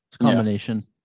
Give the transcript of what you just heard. combination